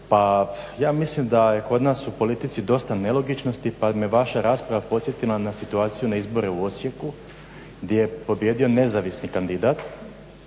Pa ja mislim da je kod nas u politici dosta nelogičnosti pa me vaša rasprava podsjetila na situaciju na izbore u Osijeku gdje je pobijedio nezavisni kandidat.